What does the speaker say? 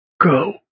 go